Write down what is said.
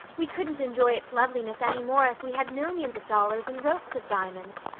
we couldn't enjoy its loveliness any more if we had millions of dollars and ropes of diamonds.